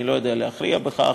אני לא יודע להכריע בכך.